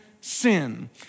sin